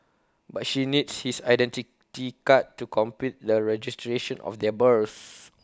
but she needs his Identity Card to complete the registration of their births